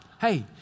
Hey